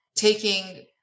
taking